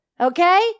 Okay